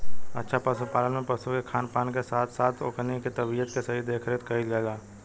अच्छा पशुपालन में पशु के खान पान के साथ साथ ओकनी के तबियत के सही देखरेख कईल जाला